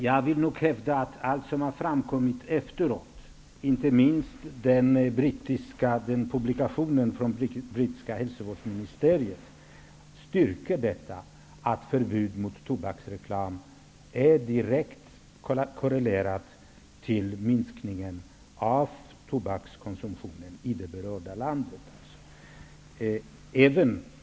Jag vill hävda att allt som har framkommit efteråt, inte minst publikationen från det brittiska hälsovårdsministeriet, styrker uppfattningen att förbudet mot tobaksreklam är direkt korrelerat till minskningen av tobakskonsumtionen i det berörda landet.